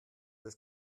des